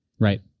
Right